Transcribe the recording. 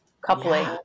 coupling